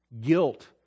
Guilt